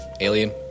Alien